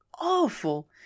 awful